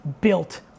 built